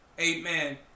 amen